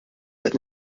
qed